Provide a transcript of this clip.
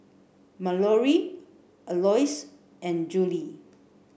Mallorie Alois and Juli